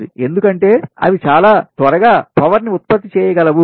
ఎందుకంటే అవి చాలా త్వరగా పవర్ ని ఉత్పత్తి చేయగలవు